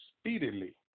speedily